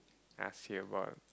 ask you about